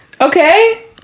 Okay